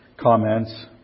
comments